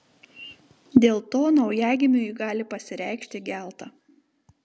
dėl to naujagimiui gali pasireikšti gelta